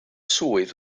swydd